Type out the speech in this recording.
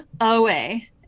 away